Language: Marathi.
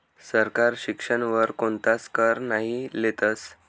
सरकार शिक्षण वर कोणताच कर नही लेतस